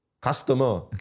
customer